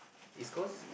is cause